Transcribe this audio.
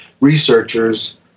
researchers